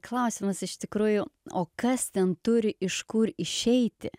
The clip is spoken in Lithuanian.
klausimas iš tikrųjų o kas ten turi iš kur išeiti